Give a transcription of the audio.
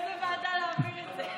לאיזו ועדה להעביר את זה?